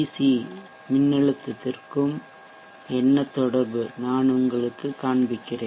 C மின்னழுத்தத்திற்கும் என்ன தொடர்பு நான் உங்களுக்கு காண்பிக்கிறேன்